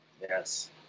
yes